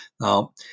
Now